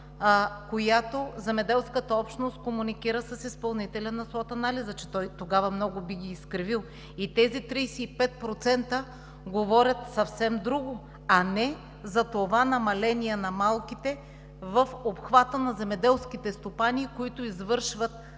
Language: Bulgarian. която земеделската общност комуникира с изпълнителя на swot-анализа – че той тогава много би ги изкривил. Тези 35% говорят съвсем друго, а не за това намаление на малките в обхвата на земеделските стопани, които извършват